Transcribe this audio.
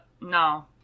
no